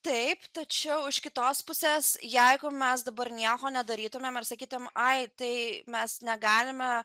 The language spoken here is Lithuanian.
taip tačiau iš kitos pusės jeigu mes dabar nieko nedarytumėm ir sakytumėm ai tai mes negalime